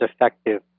effective